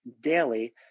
daily